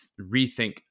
rethink